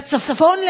בצפון,